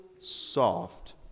soft